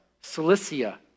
Cilicia